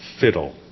Fiddle